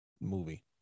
movie